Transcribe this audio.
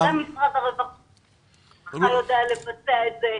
גם משרד הרווחה יודע לבצע את זה,